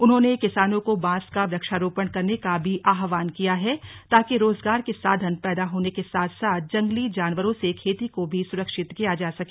उन्होंने किसानों का बांस का वक्षारोपण करने का भी आह्वान किया है ताकि रोजगार के साधन पैदा होने के साथ साथ जंगली जानवरों से खेती को भी सुरक्षित किया जा सके